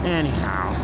anyhow